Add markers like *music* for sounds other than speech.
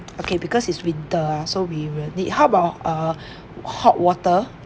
okay because it's winter ah so we will need how about err *breath* hot water